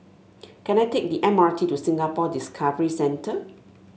can I take the M R T to Singapore Discovery Centre